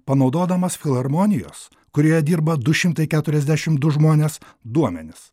panaudodamas filharmonijos kurioje dirba du šimtai keturiasdešim du žmonės duomenis